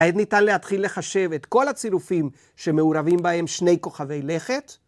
האם ניתן להתחיל לחשב את כל הצירופים שמעורבים בהם שני כוכבי לכת?